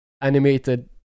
animated